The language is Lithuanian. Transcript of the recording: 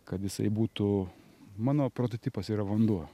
kad jisai būtų mano prototipas yra vanduo